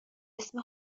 اسم